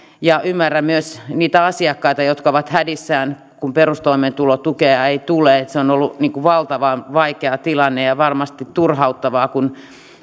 ja ymmärrän myös niitä asiakkaita jotka ovat hädissään kun perustoimeentulotukea ei tule se on ollut valtavan vaikea tilanne ja varmasti turhauttavaa kun